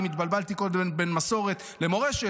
אם התבלבלתי קודם בין מסורת למורשת,